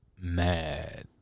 Mad